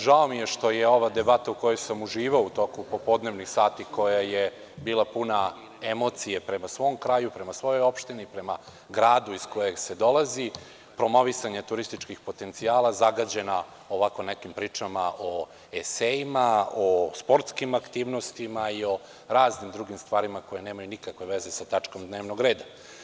Žao mi je što je ova debata u kojoj sam uživao u toku popodnevnih sati, koja je bila puna emocije prema svom kraju, prema svojoj opštini, prema gradu iz kojeg se dolazi, promovisanja turističkih potencijala, zagađena ovako nekim pričama o esejima, o sportskim aktivnostima i raznim drugim stvarima koje nemaju nikakve veze sa tačkom dnevnog reda.